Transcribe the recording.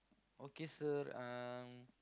okay sir um